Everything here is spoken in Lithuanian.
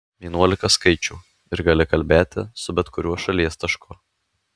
vienuolika skaičių ir gali kalbėti su bet kuriuo šalies tašku